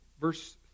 verse